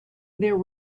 there